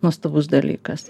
nuostabus dalykas